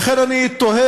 ולכן אני תוהה,